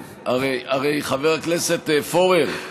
הרי, חבר הכנסת פורר,